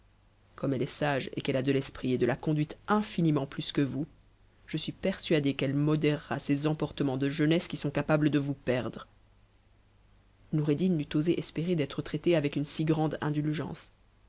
comme elle est sage et qu'elle a de l'esprit et de la conduite infiniment plus que vous je suis persuadé qu'elle modérera ces emporteiuents de jeunesse qui sont capables de vous perdre noureddin n'eût osé espérer d'être traité avec une si grande indulgence